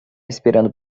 esperando